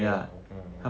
okay mm